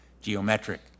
geometric